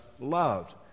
loved